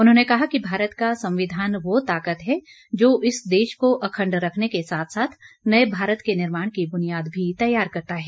उन्होंने कहा कि भारत का संविधान वह ताकत है जो इस देश को अखंड रखने के साथ साथ नए भारत के निर्माण की बुनियाद भी तैयार करता है